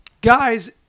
Guys